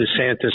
DeSantis